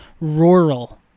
rural